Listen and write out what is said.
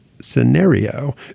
scenario